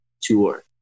tour